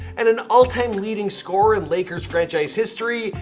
and and all-time leading scorer in laker franchise history.